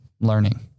learning